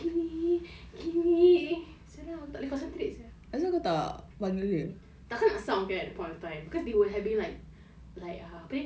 dia tengah so annoying oh my god gini gini [sial] lah aku takleh concentrate sia